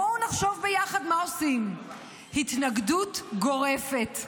בואו נחשוב יחד מה עושים, התנגדות גורפת,